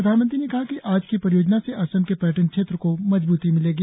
प्रधानमंत्री ने कहा कि आज की परियोजना से असम के पर्यटन क्षेत्र को मजबूती मिलेगी